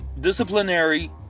disciplinary